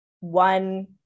One